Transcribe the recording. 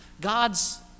God's